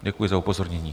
Děkuji za upozornění.